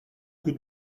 coup